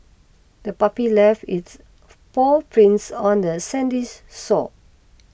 the puppy left its paw prints on the sandy's shore